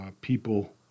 people